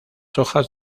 hojas